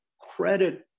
credit